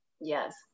Yes